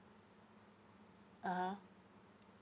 (uh huh)